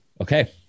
Okay